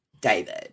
David